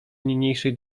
niniejszej